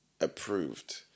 approved